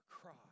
cry